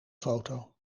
foto